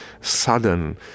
sudden